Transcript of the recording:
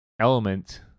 element